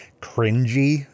cringy